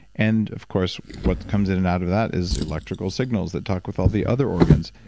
and of course, what comes in and out of that is electrical signals that talk with all the other organs.